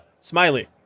Smiley